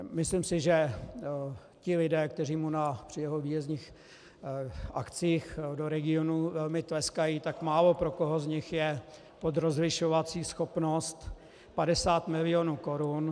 Myslím si, že ti lidé, kteří mu při jeho výjezdních akcích do regionů velmi tleskají, tak pro málokoho z nich je pod rozlišovací schopnost 50 milionů korun.